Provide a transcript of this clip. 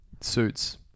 suits